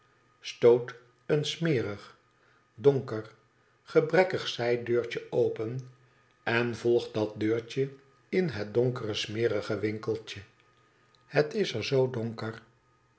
een smerig donker gebrekkig zijdeurtje open en volgt dat deure in het donkere smerige winkeltje het is er z donker